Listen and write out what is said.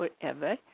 forever